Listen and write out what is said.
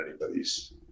anybody's